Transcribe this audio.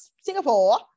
Singapore